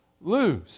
lose